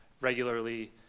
regularly